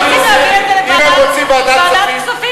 כל המציעים רוצים להעביר את זה לוועדת הכספים.